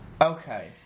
Okay